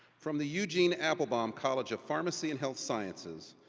from the eugene applebaum college of pharmacy and health sciences,